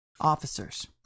officers